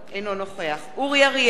נוכח אורי אריאל,